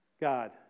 God